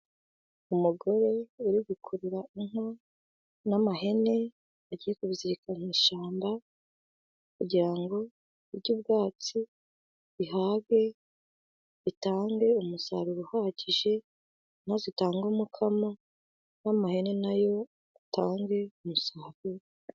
Umugore uri gukurura inka n'ihene, agiye kuzizirikana mu ishamba kugira ngo zirishe ubwatsi zihage, zitange umusaruro uhagije, inka zitange umukamo, n'ihene na zo zitange umusaruro.